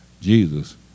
Jesus